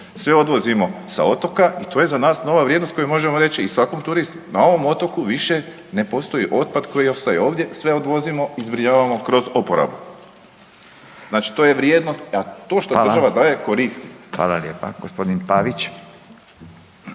Sve odvozimo sa otoka i to je za nas nova vrijednost koju možemo reći i svakom turistu. Na ovom otoku više ne postoji otpad koji ostaje ovdje, sve odvozimo i zbrinjavamo kroz oporabu. Znači to je vrijednost, to šta država daje koristi. **Radin, Furio